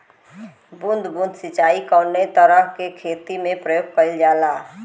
बूंद बूंद सिंचाई कवने तरह के खेती में प्रयोग कइलजाला?